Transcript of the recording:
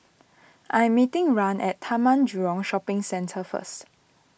I am meeting Rahn at Taman Jurong Shopping Centre first